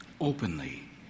openly